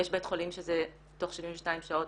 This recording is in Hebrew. יש בית חולים שזה תוך 72 שעות.